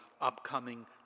upcoming